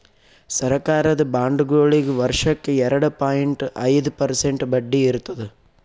ಸರಕಾರದ ಬಾಂಡ್ಗೊಳಿಗ್ ವರ್ಷಕ್ಕ್ ಎರಡ ಪಾಯಿಂಟ್ ಐದ್ ಪರ್ಸೆಂಟ್ ಬಡ್ಡಿ ಇರ್ತದ್